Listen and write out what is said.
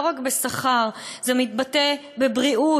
לא רק בשכר: זה מתבטא בבריאות,